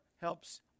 helps